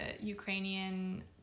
Ukrainian